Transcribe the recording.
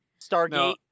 Stargate